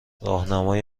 راهنمای